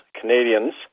Canadians